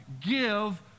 give